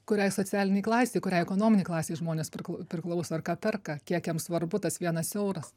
kuriai socialinei klasei kuriai ekonominei klasei žmonės prikl priklauso ar ką perka kiek jiem svarbu tas vienas euras